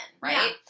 right